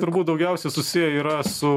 turbūt daugiausia susiję yra su